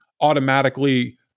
automatically